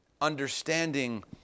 understanding